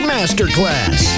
Masterclass